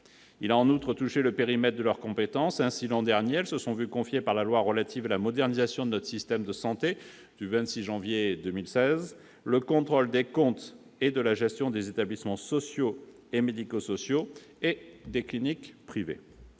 Il a, en outre, touché le périmètre de leur compétence. Ainsi, l'an dernier, elles se sont vu confier, par la loi du 26 janvier 2016 de modernisation de notre système de santé, le contrôle des comptes et de la gestion des établissements sociaux et médico-sociaux et des cliniques privées.